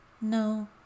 No